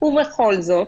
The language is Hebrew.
ובכל זאת,